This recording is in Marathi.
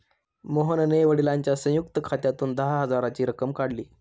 मोहनने वडिलांच्या संयुक्त खात्यातून दहा हजाराची रक्कम काढली